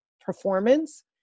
performance